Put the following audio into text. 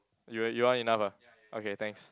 you you enough ah okay thanks